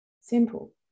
Simple